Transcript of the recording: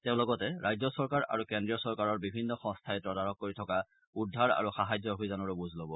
তেওঁ লগতে ৰাজ্য চৰকাৰ আৰু কেন্দ্ৰীয় চৰকাৰৰ বিভিন্ন সংস্থাই তদাৰক কৰি থকা উদ্ধাৰ আৰু সাহায্য অভিযানৰো বুজ ল'ব